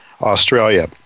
Australia